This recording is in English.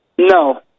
No